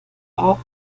auch